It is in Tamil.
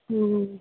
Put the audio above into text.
ம்